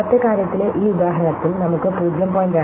മുമ്പത്തെ കാര്യത്തിലെ ഈ ഉദാഹരണത്തിൽ നമുക്ക് 0